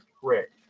trick